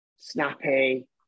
snappy